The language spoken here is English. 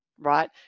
right